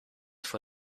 for